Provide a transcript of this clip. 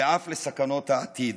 ואף לסכנות העתיד.